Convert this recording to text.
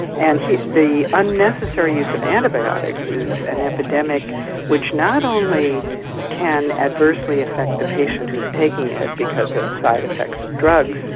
and the unnecessary use of antibiotics is an epidemic which not only can adversely affect the patient who is taking it, because of side effects of drugs,